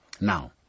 Now